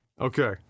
Okay